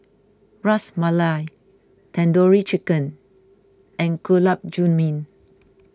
Ras Malai Tandoori Chicken and Gulab Jamun